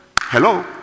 Hello